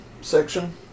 section